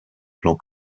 plan